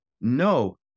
No